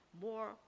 more